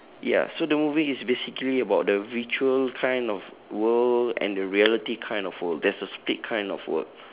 ya so the movie is basically about the virtual kind of world and the reality kind of world there's a split kind of world